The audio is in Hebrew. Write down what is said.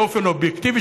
באופן אובייקטיבי,